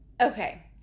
okay